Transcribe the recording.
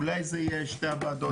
אולי זה יהיה שתי הוועדות?